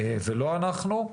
ולא אנחנו.